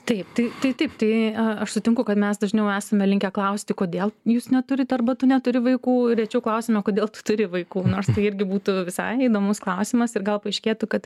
taip taip tai taip tai aš sutinku kad mes dažniau esame linkę klausti kodėl jūs neturit arba tu neturi vaikų rečiau klausiama kodėl tu turi vaikų nors tai irgi būtų visai įdomus klausimas ir gal paaiškėtų kad